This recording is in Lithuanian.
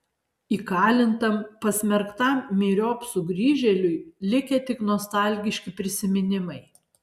įkalintam pasmerktam myriop sugrįžėliui likę tik nostalgiški prisiminimai